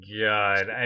god